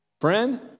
Friend